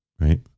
Right